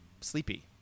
sleepy